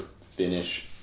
finish